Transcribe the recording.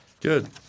good